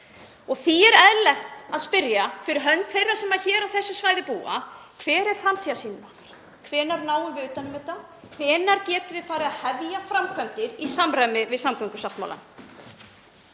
Því er eðlilegt að spyrja fyrir hönd þeirra sem hér á þessu svæði búa: Hver er framtíðarsýnin okkar? Hvenær náum við utan um þetta? Hvenær getum við farið að hefja framkvæmdir í samræmi við samgöngusáttmálann?